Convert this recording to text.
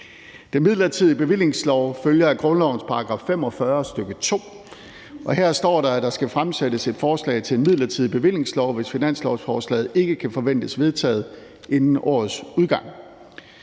Den midlertidige bevillingslov følger af grundlovens § 45, stk. 2, og her står der, at der skal fremsættes et forslag til en midlertidig bevillingslov, hvis finanslovsforslaget ikke kan forventes vedtaget inden årets udgang.